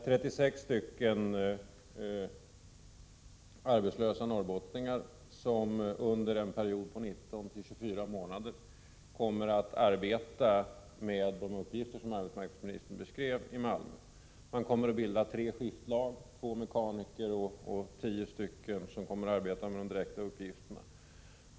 36 arbetslösa norrbottningar kommer under en period av 19-24 månader att arbeta i Malmö med de uppgifter arbetsmarknadsministern beskrev. De skall bilda tre skiftlag. I dem ingår två mekaniker, och tio personer kommer att syssla med de direkta arbetena.